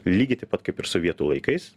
lygiai taip pat kaip ir sovietų laikais